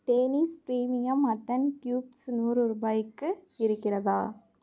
Danish premium mutton cubes நூறு ருபாய்க்கு இருக்கிறதா